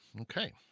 okay